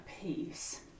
peace